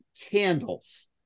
candles